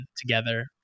together